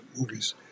movies